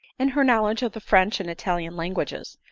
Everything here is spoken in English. in her knowledge of the french and italian languages,